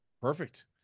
perfect